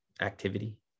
activity